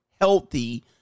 healthy